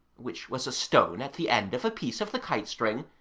which was a stone at the end of a piece of the kite-string,